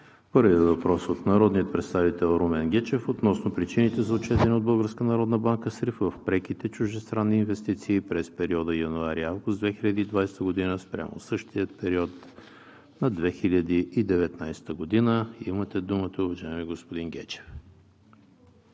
Първият въпрос от народния представител Румен Гечев е относно причините за отчетения от Българска народна банка срив в преките чуждестранни инвестиции през периода януари – август 2020 г. спрямо същия период на 2019 г. Имате думата уважаеми господин Гечев.